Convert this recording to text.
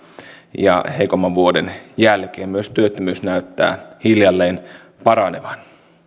ja heikomman vuoden jälkeen myös työttömyys näyttää hiljalleen paranevan